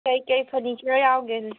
ꯀꯔꯤ ꯀꯔꯤ ꯐꯔꯅꯤꯆꯔ ꯌꯥꯎꯒꯦ